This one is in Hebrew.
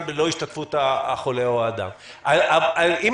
בלא השתתפות החולה או האדם המצוי בבידוד".